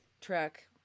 track